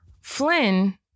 Flynn